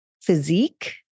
physique